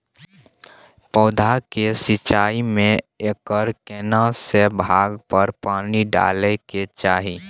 पौधों की सिंचाई में एकर केना से भाग पर पानी डालय के चाही?